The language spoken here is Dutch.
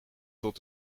tot